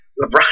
LeBron